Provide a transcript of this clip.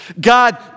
God